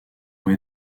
ont